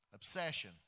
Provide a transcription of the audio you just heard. Obsession